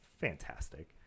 fantastic